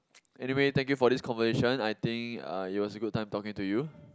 anyway thank you for this conversation I think uh it was a good time talking to you